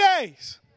days